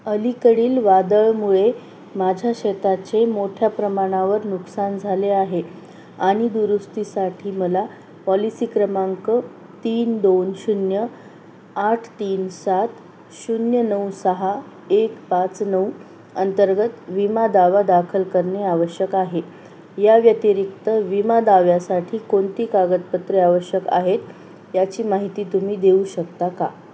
अलीकडील वादळामुळे माझ्या शेताचे मोठ्या प्रमाणावर नुकसान झाले आहे आणि दुरुस्तीसाठी मला पॉलिसी क्रमांक तीन दोन शून्य आठ तीन सात शून्य नऊ सहा एक पाच नऊ अंतर्गत विमा दावा दाखल करणे आवश्यक आहे या व्यतिरिक्त विमा दाव्यासाठी कोणती कागदपत्रे आवश्यक आहेत याची माहिती तुम्ही देऊ शकता का